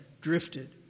drifted